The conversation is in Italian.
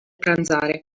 pranzare